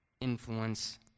influence